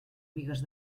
bigues